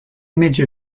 image